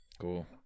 Cool